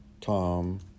Tom